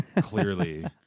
clearly